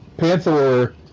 Panther